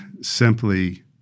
simply